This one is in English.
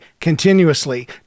continuously